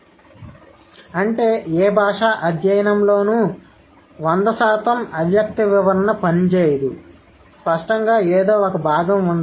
కాబట్టి అంటే ఏ భాషా అధ్యాయంలోనూ 100 శాతం అవ్యక్త వివరణ పని చేయదు స్పష్టంగా ఏదో ఒక భాగం ఉండాలి